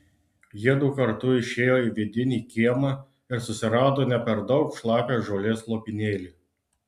jiedu kartu išėjo į vidinį kiemą ir susirado ne per daug šlapią žolės lopinėlį